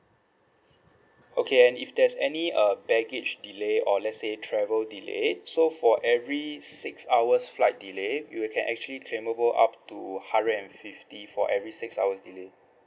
okay and if there's any uh baggage delay or let's say travel delay so for every six hours flight delay you can actually claimable up to hundred and fifty for every six hours delay